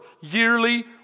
yearly